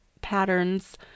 patterns